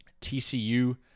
TCU